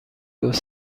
گفت